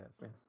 yes